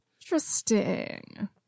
Interesting